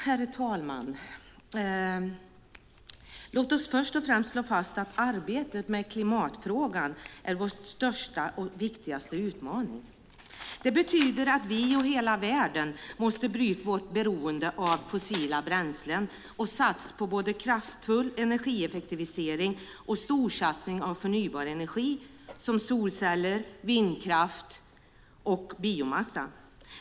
Herr talman! Låt oss först och främst slå fast att arbetet med klimatfrågan är vår största och viktigaste utmaning. Det betyder att vi och hela världen måste bryta vårt beroende av fossila bränslen och satsa på både en kraftfull energieffektivisering och en storsatsning av förnybar energi, som solceller, vindkraft och biomassa.